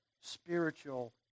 spiritual